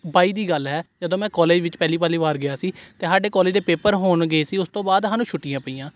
ਬਾਈ ਦੀ ਗੱਲ ਹੈ ਜਦੋਂ ਮੈਂ ਕਾਲਜ ਵਿੱਚ ਪਹਿਲੀ ਪਹਿਲੀ ਵਾਰ ਗਿਆ ਸੀ ਤਾਂ ਸਾਡੇ ਕਾਲਜ ਦੇ ਪੇਪਰ ਹੋ ਗਏ ਸੀ ਉਸ ਤੋਂ ਬਾਅਦ ਸਾਨੂੰ ਛੁੱਟੀਆਂ ਪਈਆਂ